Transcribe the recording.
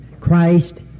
Christ